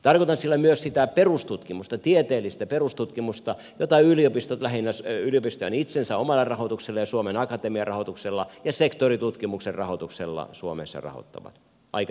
tarkoitan sillä myös sitä tieteellistä perustutkimusta jota yliopistot lähinnä yliopistojen omalla rahoituksella suomen akatemian rahoituksella ja sektoritutkimuksen rahoituksella suomessa rahoittavat aika merkittävä määrä tämä